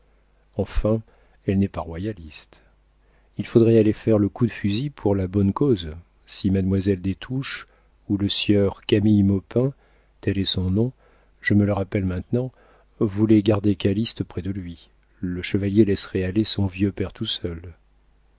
enfin elle n'est pas royaliste il faudrait aller faire le coup de fusil pour la bonne cause si mademoiselle des touches ou le sieur camille maupin tel est son nom je me le rappelle maintenant voulait garder calyste près de lui le chevalier laisserait aller son vieux père tout seul